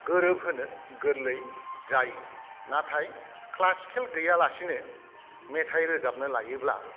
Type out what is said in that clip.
गोरोब होनो गोरलै जायो नाथाय क्लासिकेल गैयालासेनो मेथाइ रोजाबनो लायोब्ला